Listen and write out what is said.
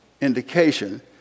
indication